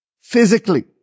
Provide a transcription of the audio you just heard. physically